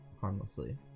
harmlessly